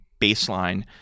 baseline